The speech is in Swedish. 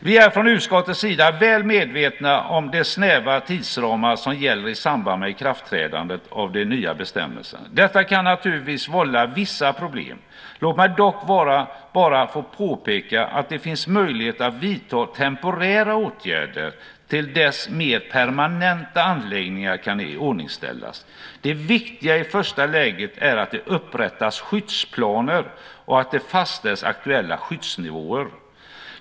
Vi är från utskottets sida väl medvetna om de snäva tidsramar som gäller i samband med ikraftträdandet av de nya bestämmelserna. Detta kan naturligtvis vålla vissa problem. Låt mig dock bara få påpeka att det finns möjligheter att vidta temporära åtgärder till dess mer permanenta anläggningar kan iordningställas. Det viktiga i första läget är att det upprättas skyddsplaner och att det fastställs aktuella skyddsnivåer.